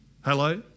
Hello